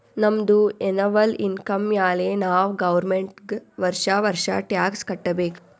ನಮ್ದು annual income ಮ್ಯಾಲೆ ನಾವ್ ಗೌರ್ಮೆಂಟ್ಗ್ ವರ್ಷಾ ವರ್ಷಾ ಟ್ಯಾಕ್ಸ್ ಕಟ್ಟಬೇಕ್